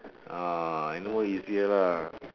ah I know easier lah